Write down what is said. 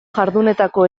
jardunetako